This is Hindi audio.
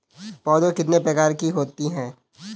पौध कितने प्रकार की होती हैं?